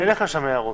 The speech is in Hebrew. אין לך שם הערות.